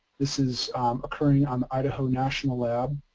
this is occurring on the idaho national lab,